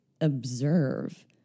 observe